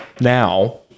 Now